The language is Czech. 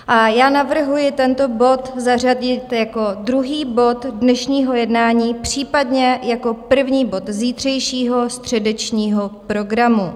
A já navrhuji tento bod zařadit jako druhý bod dnešního jednání, případně jako první bod zítřejšího středečního programu.